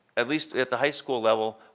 at least at the high school level,